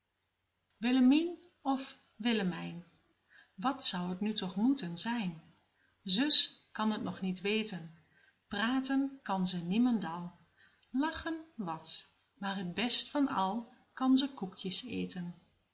of willemijn wat zou t nu toch moeten zijn zus kan t nog niet weten praten kan ze niemendal lachen wàt maar t best van al kan ze koekjes eten